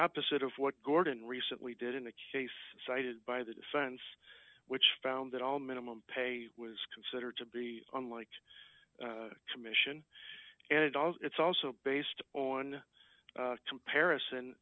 opposite of what gordon recently did in the case cited by the defense which found that all minimum pay was considered to be unliked commission and it all it's also based on comparison